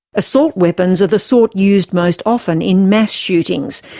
assault weapons are the sort used most often in mass shootings,